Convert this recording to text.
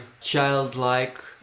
childlike